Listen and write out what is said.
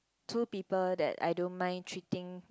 two people that I don't mind treating